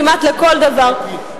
כמעט לכל דבר,